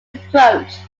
approached